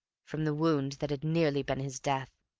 from the wound that had nearly been his death.